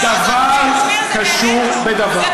דבר קשור בדבר.